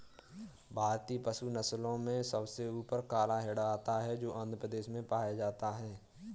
भारतीय पशु नस्लों में सबसे ऊपर काला हिरण आता है जो आंध्र प्रदेश में पाया जाता है